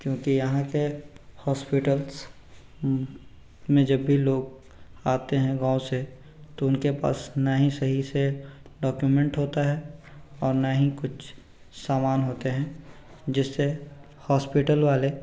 क्योंकि यहाँ के हॉस्पिटल्स में जब भी लोग आते हैं गाँव से तो उनके पास ना ही सही से डॉक्यूमेंट होता है और ना ही कुछ सामान होते हैं जिस से हॉस्पिटल वाले